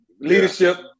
Leadership